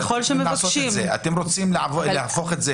ככל שמבקשים --- אם אתם רוצים להפוך את זה